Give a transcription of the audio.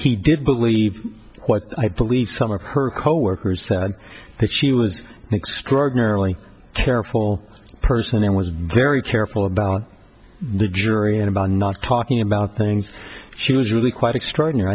did believe what i believe some of her coworkers and that she was an extraordinarily careful person and was very careful about the jury and about not talking about things she was really quite extraordinary